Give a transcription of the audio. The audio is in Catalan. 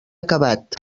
acabat